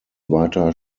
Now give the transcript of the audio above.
weiter